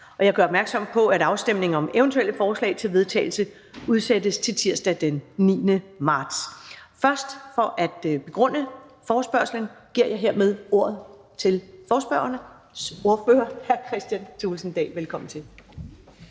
Jeg gør opmærksom på, at afstemning om eventuelle forslag til vedtagelse udsættes til tirsdag den 9. marts 2021. For at begrunde forespørgslen giver jeg først ordet til ordføreren for forespørgerne, hr. Kristian Thulesen Dahl. Velkommen til.